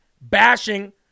bashing